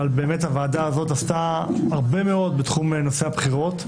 הוועדה הזאת עשתה הרבה מאוד בנושא הבחירות,